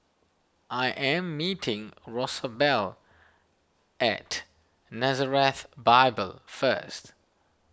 I am meeting Rosabelle at Nazareth Bible first